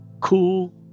cool